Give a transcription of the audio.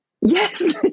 Yes